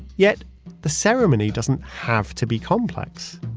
yet the ceremony doesn't have to be complex.